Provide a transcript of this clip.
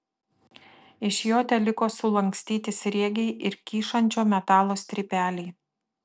iš jo teliko sulankstyti sriegiai ir kyšančio metalo strypeliai